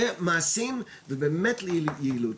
למעשים ובאמת ליעילות,